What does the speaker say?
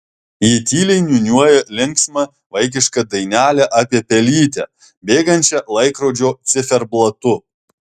ji tyliai niūniuoja linksmą vaikišką dainelę apie pelytę bėgančią laikrodžio ciferblatu